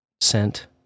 sent